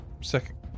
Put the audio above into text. Second